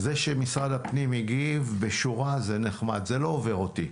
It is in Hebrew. זה שמשרד הפנים הגיב בשורה זה נחמד אבל זה לא עובר אותי.